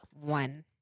one